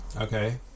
Okay